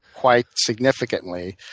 quite significantly,